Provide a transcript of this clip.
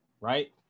right